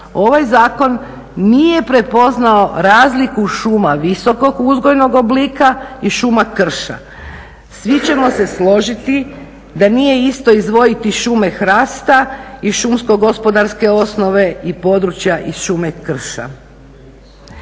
Ovaj zakon nije prepoznao razliku šuma visokog uzgojnog oblika i šuma krša. Svi ćemo se složiti da nije isto izdvojiti šume hrasta i šumsko gospodarske osnove i područja iz šume krša.